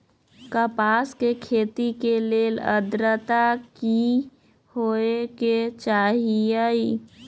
कपास के खेती के लेल अद्रता की होए के चहिऐई?